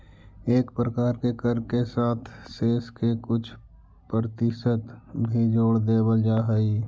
कए प्रकार के कर के साथ सेस के कुछ परतिसत भी जोड़ देवल जा हई